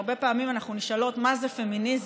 הרבה פעמים אנחנו נשאלות מה זה פמיניזם,